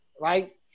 right